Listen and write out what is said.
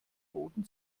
boden